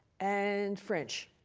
and french.